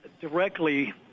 directly